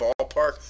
ballpark